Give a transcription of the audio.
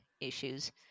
issues